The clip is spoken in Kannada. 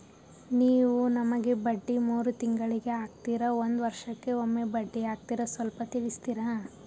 ನೀವು ನಮಗೆ ಬಡ್ಡಿ ಮೂರು ತಿಂಗಳಿಗೆ ಹಾಕ್ತಿರಾ, ಒಂದ್ ವರ್ಷಕ್ಕೆ ಒಮ್ಮೆ ಬಡ್ಡಿ ಹಾಕ್ತಿರಾ ಸ್ವಲ್ಪ ತಿಳಿಸ್ತೀರ?